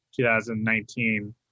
2019